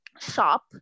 shop